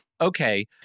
okay